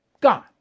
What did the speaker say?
Gone